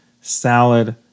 salad